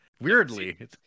Weirdly